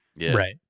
Right